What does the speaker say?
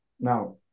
Now